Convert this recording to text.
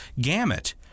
gamut